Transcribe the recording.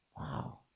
Wow